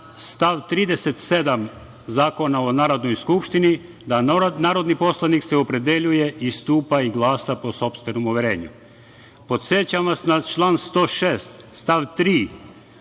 stav 37. Zakona o Narodnoj skupštini, da se narodni poslanik opredeljuje, stupa i glasa po sopstvenom uverenju. Podsećam vas na član 106. stav 3.